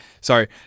sorry